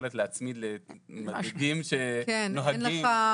היכולת להצמיד למדדים שנוהגים בארצות הברית.